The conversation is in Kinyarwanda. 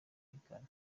bigana